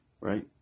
right